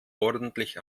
ordentlich